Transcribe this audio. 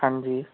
ਹਾਂਜੀ